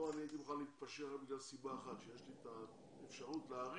כאן אני הייתי מוכן להתפשר בגלל סיבה אחת והיא שיש לי את האפשרות להאריך